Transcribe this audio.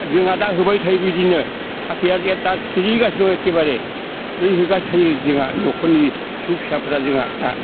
जोंहा दा होबाय थायो बिदिनो फाथैआ दा सिरिगासिनो दं एखेबारे दै होबाय थायो जोंहा न'खरनि फिसौ फिसाफ्रा जोंहा दा